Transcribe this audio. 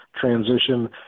transition